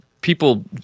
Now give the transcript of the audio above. people